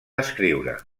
escriure